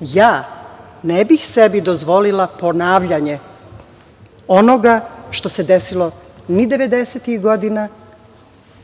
Ja ne bih sebi dozvolila ponavljanje onoga što se desilo ni 90-ih godina,